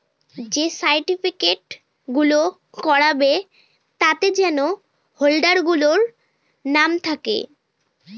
যে সার্টিফিকেট গুলো করাবে তাতে যেন হোল্ডার গুলোর নাম থাকে